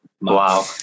Wow